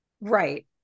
Right